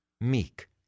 meek